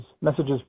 messages